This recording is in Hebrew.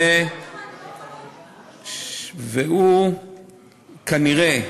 והוא כנראה,